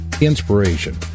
inspiration